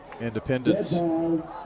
Independence